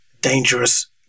dangerous